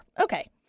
okay